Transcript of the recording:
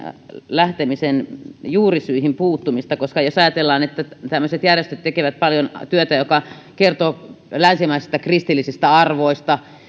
lähtemisen juurisyihin puuttumista koska jos ajatellaan että tämmöiset järjestöt tekevät paljon työtä joka kertoo länsimaisista kristillisistä arvoista